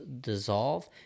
dissolve